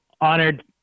honored